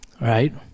right